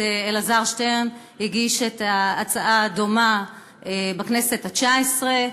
אלעזר שטרן הגיש הצעה דומה בכנסת התשע-עשרה,